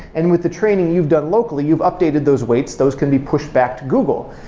and with the training you've done locally, you've updated those weights, those can be pushed back to google.